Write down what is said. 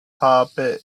habe